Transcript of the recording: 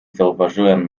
zauważyłem